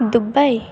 Dubai